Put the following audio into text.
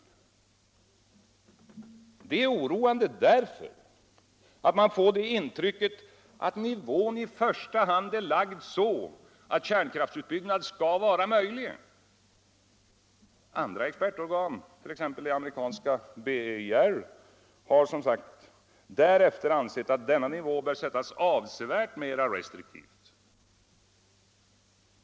Detta är oroande därför att man får intrycket att nivån i första hand är lagd så att kärnkraftsutbyggnad skall vara möjlig. Andra expertorgan, t.ex. det amerikanska BEIR, har, som sagt, därefter ansett att denna nivå bör göras avsevärt mer restriktiv.